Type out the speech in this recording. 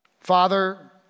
Father